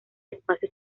espacio